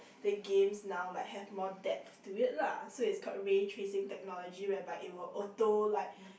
the games now like have more depth to it lah so it's called ray tracing technology whereby it will like auto like